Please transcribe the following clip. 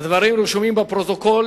הדברים רשומים בפרוטוקול